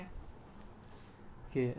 okay